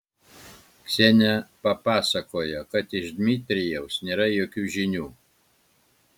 ksenija papasakojo kad iš dmitrijaus nėra jokių žinių